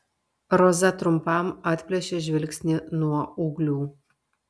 roza trumpam atplėšė žvilgsnį nuo ūglių